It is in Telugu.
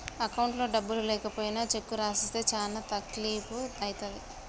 అకౌంట్లో డబ్బులు లేకపోయినా చెక్కు రాసిస్తే చానా తక్లీపు ఐతది